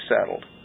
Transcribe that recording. settled